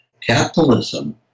capitalism